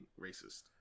racist